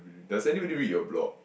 really does anybody read your blog